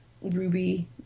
Ruby